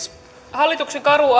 hallituksen karu